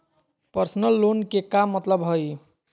Personal loan के का मतलब हई?